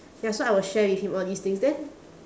ya so I will share with him all these things then